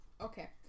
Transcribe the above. okay